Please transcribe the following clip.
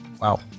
wow